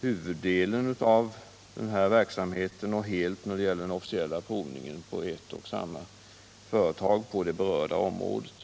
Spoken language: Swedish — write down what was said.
huvuddelen av denna verksamhet — och helt när det gäller den officiella provningen — på ett och samma företag på det berörda området.